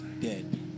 dead